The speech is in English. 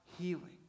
healing